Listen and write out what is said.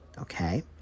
Okay